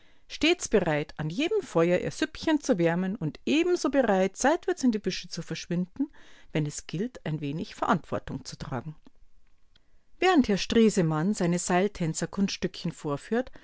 stets bereit an jedem feuer ihr süppchen zu wärmen und ebenso bereit seitwärts in die büsche zu verschwinden wenn es gilt ein wenig verantwortung zu tragen während herr stresemann seine seiltänzerkunststückchen vorführt